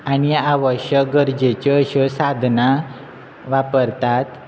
आनी आवश्य गरजेच्यो अश्यो साधनां वापरतात